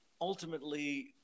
ultimately